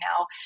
now